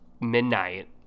midnight